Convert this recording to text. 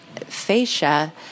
fascia